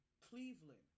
Cleveland